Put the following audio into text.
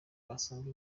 wasanga